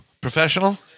professional